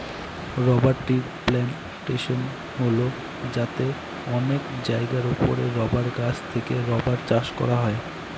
rubber ট্রির plantation হল যাতে অনেক জায়গার ওপরে রাবার গাছ থেকে রাবার চাষ করা হয়